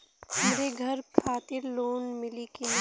हमरे घर खातिर लोन मिली की ना?